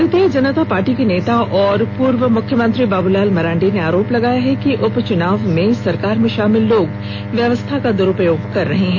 भारतीय जनता पार्टी के नेता एवं पूर्व मुख्यमंत्री बाबूलाल मरांडी ने आरोप लगाया है कि उपचुनाव में सरकार में शामिल लोग व्यवस्था का दुरूपयोग कर रहे हैं